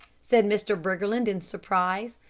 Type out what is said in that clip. said mr. briggerland in surprise.